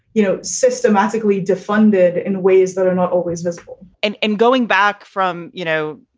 you know, systematically defunded in ways that are not always visible and and going back from, you know,